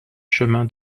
chemin